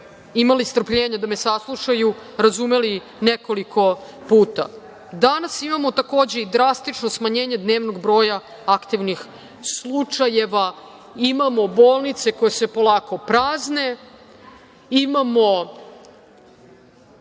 imali strpljenja da me saslušaju razumeli nekoliko puta. Danas imamo, takođe i drastično smanjenje dnevnog broja aktivnih slučajeva. Imamo bolnice koje se polako prazne, imamo